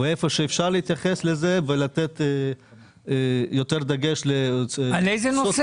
ואיפה שאפשר להתייחס לזה ותת יותר דגש --- על איזה נושא?